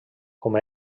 com